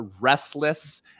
restless